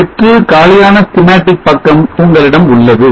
வெற்று காலியான schematic பக்கம் உங்களிடம் உள்ளது